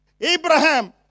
Abraham